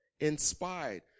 inspired